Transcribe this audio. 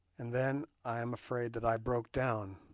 and then i am afraid that i broke down,